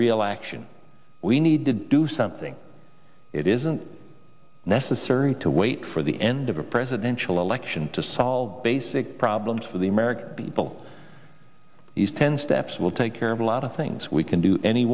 real action we need to do something it isn't necessary to wait for the end of a presidential election to solve basic problems for the american people these ten steps will take care of a lot of things we can do any